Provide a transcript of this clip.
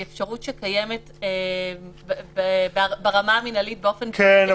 אפשרות שקיימת ברמה המינהלית באופן --- כן,